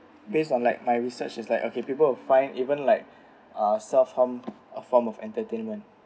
based on like my research as like okay people would find even like uh self form a form of entertainment